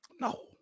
No